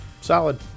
solid